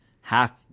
half